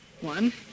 One